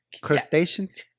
Crustaceans